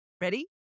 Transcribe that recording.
Ready